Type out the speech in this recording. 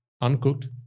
uncooked